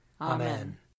Amen